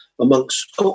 amongst